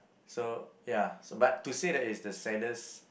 so ya so but to say that it's the saddest